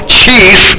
chief